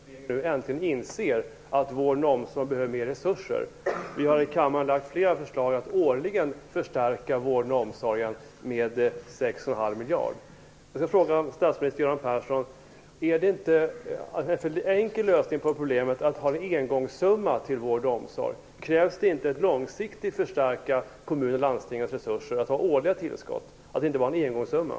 Fru talman! Som kristdemokrat hälsar jag med stor tillfredsställelse att regeringen äntligen inser att vården och omsorgen behöver mera resurser. Vi har här i kammaren lagt fram flera förslag om att årligen förstärka vården och omsorgen med 6,5 miljarder. Är det inte en något enkel lösning på problemet att ha en engångssumma till vård och omsorg? Krävs det inte årliga tillskott, inte bara en engångsumma, för att långsiktigt förstärka kommunernas och landstingens resurser?